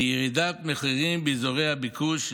לירידת מחירים באזורי הביקוש,